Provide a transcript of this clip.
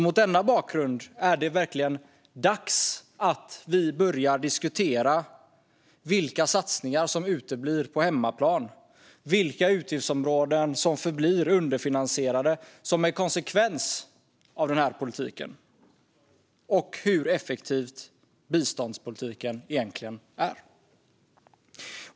Mot denna bakgrund är det verkligen dags att vi börjar diskutera vilka satsningar som uteblir på hemmaplan, vilka utgiftsområden som förblir underfinansierade som en konsekvens av denna politik och hur effektiv biståndspolitiken egentligen är.